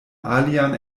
alian